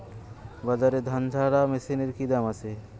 বাজারে ধান ঝারা মেশিনের কি দাম আছে?